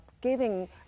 giving